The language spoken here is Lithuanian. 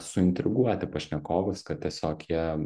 suintriguoti pašnekovus kad tiesiog jie